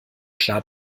klar